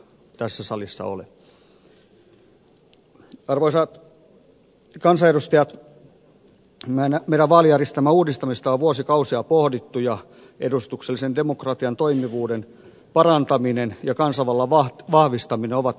meidän vaalijärjestelmämme uudistamista on vuosikausia pohdittu ja edustuksellisen demokratian toimivuuden parantaminen ja kansanvallan vahvistaminen ovat olleet tavoitteita